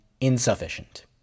insufficient